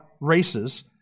races